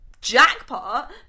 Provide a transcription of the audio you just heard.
jackpot